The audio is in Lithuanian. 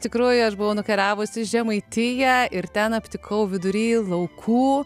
tikroji aš buvo nukariavusi žemaitiją ir ten aptikau vidury laukų